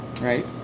right